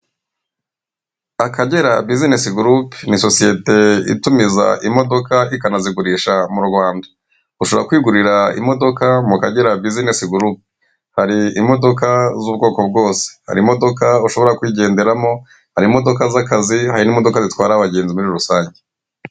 Akagera businesi gurupe ni sosiyete itumiza imodoka ikanazigurisha mu Rwanda ushobora kwigurira imodoka mu kagera businesi gurupe hari imodoka z'ubwoko bwose hari imodoka ushobora kugenderamo hari imodoka z'akazi hari n'modoka zitwara abagenzi muri rusange.